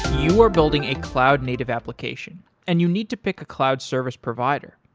you are building a cloud-native application and you need to pick a cloud service provider.